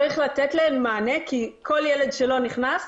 צריך לתת להם מענה, כי כל ילד שלא נכנס,